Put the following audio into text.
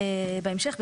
בהמשך,